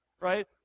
right